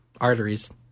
arteries